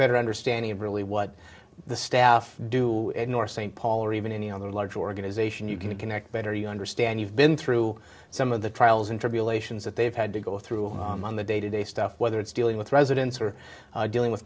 better understanding of really what the staff do nor st paul or even any other large organization you can connect better you understand you've been through some of the trials and tribulations that they've had to go through on the day to day stuff whether it's dealing with residents who are dealing with